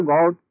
God